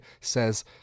says